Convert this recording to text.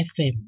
FM